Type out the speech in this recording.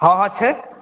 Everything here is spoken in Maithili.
हँ हँ छै